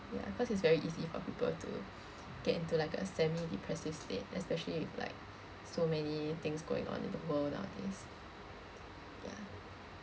ya cause it's very easy for people to get into like a semi-depressive state especially with like so many things going on in the world nowadays ya